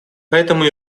поэтому